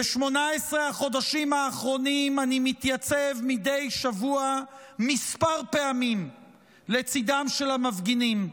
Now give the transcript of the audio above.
ב-18 חודשים האחרונים אני מתייצב מדי שבוע כמה פעמים לצדם של המפגינים.